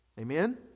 Amen